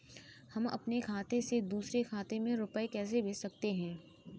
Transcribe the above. हम अपने खाते से दूसरे के खाते में रुपये कैसे भेज सकते हैं?